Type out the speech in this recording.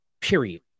period